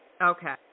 Okay